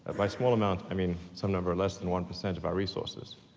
by small amount, i mean some number less than one percent of our resources.